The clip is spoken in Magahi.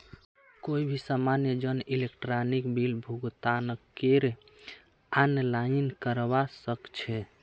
कोई भी सामान्य जन इलेक्ट्रॉनिक बिल भुगतानकेर आनलाइन करवा सके छै